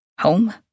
Home